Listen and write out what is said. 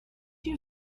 you